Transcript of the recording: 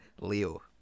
Leo